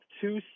two